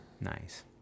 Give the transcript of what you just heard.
Nice